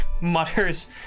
mutters